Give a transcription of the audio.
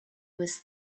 was